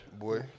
Boy